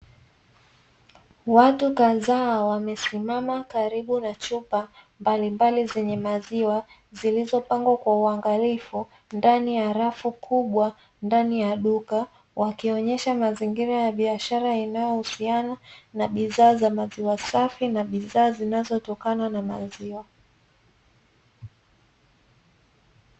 Watu kadhaa wamesimama karibu na chupa mbalimbali zenye maziwa, zilizopangwa kwa uangalifu ndani ya rafu kubwa ndani ya duka, wakionyesha mazingira ya biashara inayo husiana na bidhaa za maziwa safi na bidhaa zinazo tokana na maziwa.